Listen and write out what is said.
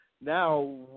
now